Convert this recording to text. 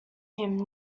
him